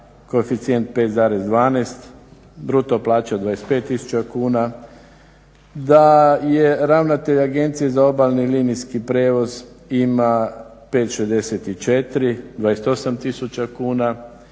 koeficijent 5.12, bruto plaća 25000 kuna, da ravnatelj Agencije za obalni i linijski prijevoz ima 5.64, 28000 kuna,